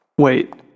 Wait